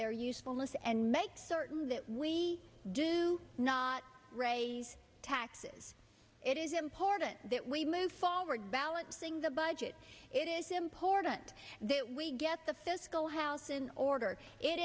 their usefulness and make certain that we do not raise taxes it is important that we move forward balancing the budget it is important that we get the fiscal house in order it